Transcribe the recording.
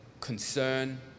concern